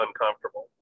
uncomfortable